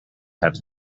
had